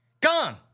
Gone